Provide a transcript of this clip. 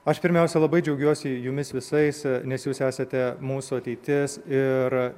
aš pirmiausia labai džiaugiuosi jumis visais nes jūs esate mūsų ateitis ir